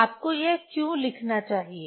आपको यह क्यों लिखना चाहिए